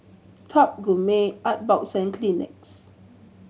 Top Gourmet Artbox and Kleenex